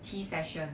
tea session